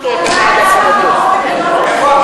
אתה בעד הרציפות?